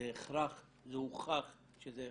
הוכח שזה הכרח.